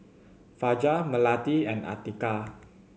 Fajar Melati and Atiqah